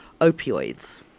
opioids